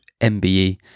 MBE